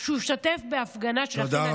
שהוא השתתף בהפגנה של אחים לנשק.